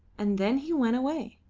and then he went away.